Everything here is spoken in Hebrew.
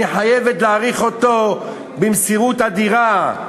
אני חייבת להעריך אותו במסירות אדירה.